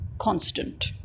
constant